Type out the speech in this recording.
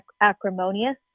acrimonious